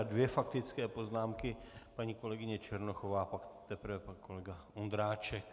Dvě faktické poznámky paní kolegyně Černochová a pak teprve pan kolega Ondráček.